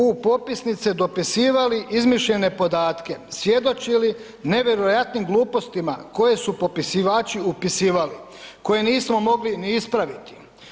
U popisnice dopisivali izmišljene podatke, svjedočili nevjerojatnim glupostima koje su popisivači popisivali, koje nismo mogli ni ispraviti.